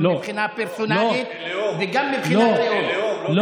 גם מבחינה פרסונלית וגם מבחינת לאום.